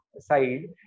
side